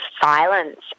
silence